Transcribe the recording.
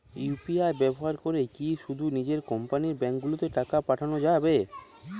UPI ব্যবহার করে কি শুধু নিজের কোম্পানীর ব্যাংকগুলিতেই টাকা পাঠানো যাবে?